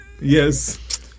Yes